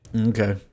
Okay